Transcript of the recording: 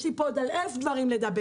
יש לי פה עוד על אלף דברים לדבר.